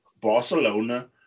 Barcelona